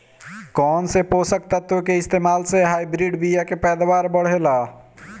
कौन से पोषक तत्व के इस्तेमाल से हाइब्रिड बीया के पैदावार बढ़ेला?